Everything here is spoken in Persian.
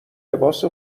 لباس